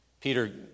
Peter